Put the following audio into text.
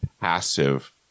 passive